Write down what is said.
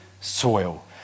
soil